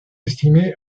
estimée